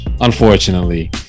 unfortunately